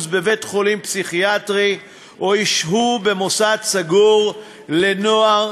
בבית-חולים פסיכיאטרי או ישהו במוסד סגור לנוער.